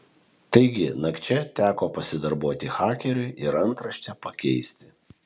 taigi nakčia teko pasidarbuoti hakeriui ir antraštę pakeisti